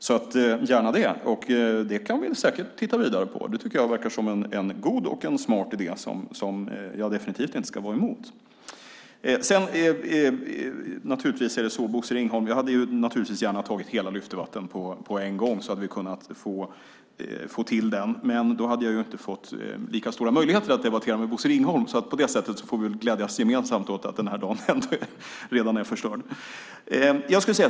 Vi kan säkert titta vidare på detta. Det verkar som en god och smart idé som jag definitivt inte ska vara emot. Naturligtvis hade jag gärna tagit hela Lyftetdebatten på en gång, Bosse Ringholm, så hade vi kunnat få till den. Men då hade jag inte fått lika stora möjligheter att debattera med Bosse Ringholm. På det sättet får vi glädjas gemensamt åt att den här dagen ändå redan är förstörd.